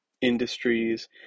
industries